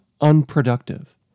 unproductive